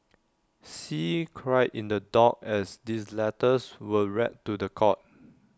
see cried in the dock as these letters were read to The Court